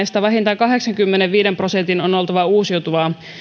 biokaasuvoimalassa polttoaineesta vähintään kahdeksankymmenenviiden prosentin on oltava uusiutuvaa